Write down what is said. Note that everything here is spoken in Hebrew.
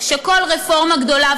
שכל רפורמה גדולה,